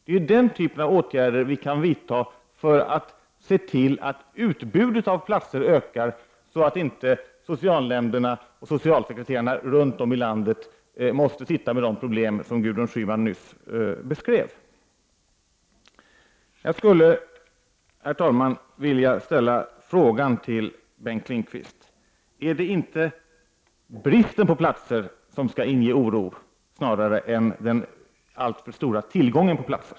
Det är denna typ av åtgärder vi kan vidta för att öka utbudet av platser så att socialnämnderna och socialsekreterarna runt om i landet inte måste sitta med de problem som Gudrun Schyman nyss beskrev. Herr talman! Jag vill ställa frågan till Bengt Lindqvist: Är det inte snarare bristen på platser som inger oro än den alltför stora tillgången på platser?